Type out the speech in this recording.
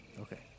Okay